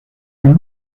est